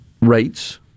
rates